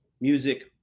music